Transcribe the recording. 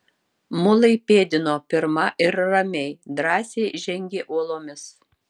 mulai pėdino pirma ir ramiai drąsiai žengė uolomis